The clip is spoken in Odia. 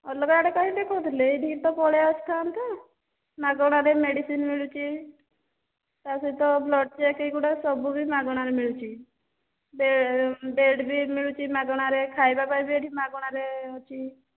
ଅଲଗା ଆଡ଼େ କାହିଁ ଦେଖାଉଥିଲେ ଏହିଠିକି ତ ପଳାଇ ଆସିଥାନ୍ତେ ମାଗଣାରେ ମେଡ଼ିସିନ ମିଳୁଛି ତା ସହିତ ବ୍ଲଡ଼ ଚେକ୍ ଏହିଗୁଡ଼ା ସବୁ ବି ମାଗଣାରେ ମିଳୁଛି ବେଡ଼୍ ବି ମିଳୁଛି ମାଗଣାରେ ଖାଇବା ପାଇଁ ବି ଏଠି ମାଗଣାରେ ଅଛି